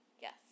Yes